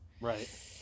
right